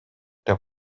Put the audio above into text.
деп